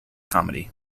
comedy